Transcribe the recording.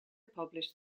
published